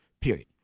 Period